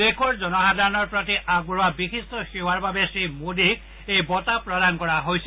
দেশৰ জনসাধাৰণৰ প্ৰতি আগবঢ়োৱা বিশিষ্ট সেৱাৰ বাবে শ্ৰীমোদীক এই বঁটা প্ৰদান কৰা হৈছে